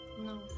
No